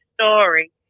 story